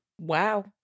Wow